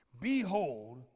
behold